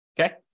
Okay